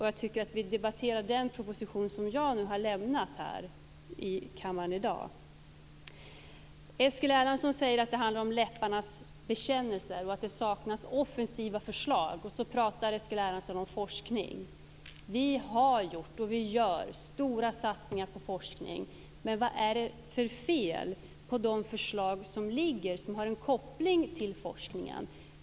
Jag tycker att vi debatterar den proposition som jag har lämnat i kammaren i dag. Eskil Erlandsson säger att det handlar om läpparnas bekännelse och att det saknas offensiva förslag, och så talar han om forskning. Vi har gjort och gör stora satsningar på forskning. Men vad är det för fel på de förslag som ligger och som har en koppling till forskningen?